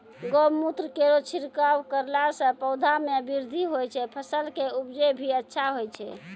गौमूत्र केरो छिड़काव करला से पौधा मे बृद्धि होय छै फसल के उपजे भी अच्छा होय छै?